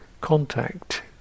contact